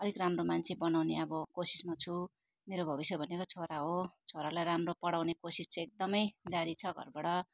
अलिक राम्रो मान्छे बनाउने अब कोसिसमा छु मेरो भविष्य भनेको छोरा हो छोरालाई राम्रो पढाउने कोसिस चाहिँ एकदमै जारी छ घरबाट